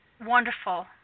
wonderful